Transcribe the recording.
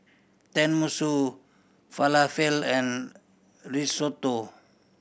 Tenmusu Falafel and Risotto